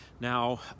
Now